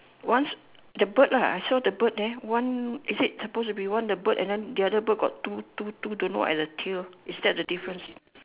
once the bird lah I saw the bird there one is it supposed to be one the bird and then the other bird got two two two don't know what at the tail is that the difference